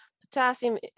potassium